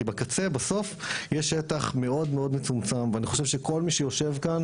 כי בקצה בסוף יש שטח מאוד מאוד מצומצם ואני חושב שכל מי שיושב כאן